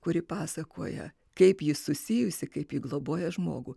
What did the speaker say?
kuri pasakoja kaip ji susijusi kaip globoja žmogų